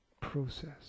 process